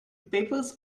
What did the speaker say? papers